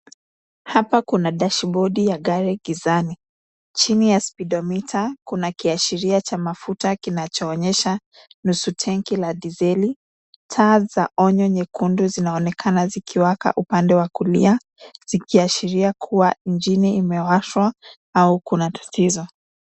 Hapa kuna dashibodi ya gari gizani, chini ya spidometa kuna kiashiria cha mafuta kinachoonyesha nusu tanki la dizeli, taa za onyo nyekundu zinaonekana zikiwaka upande wa kulia, zikiashiria kuwa injini imewashwa au kuna tatizo.